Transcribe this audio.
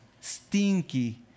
stinky